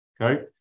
Okay